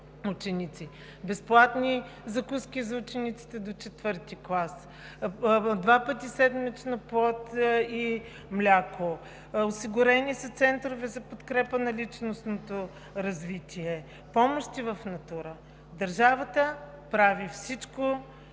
безплатни закуски за учениците до IV клас, два пъти седмично плод и мляко. Осигурени са центрове за подкрепа на личностното развитие, помощи в натура. Държавата прави всичко